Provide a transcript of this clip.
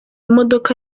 modoka